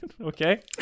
Okay